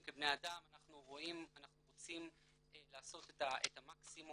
כבני אדם, אנחנו רוצים לעשות את המקסימום